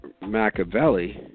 Machiavelli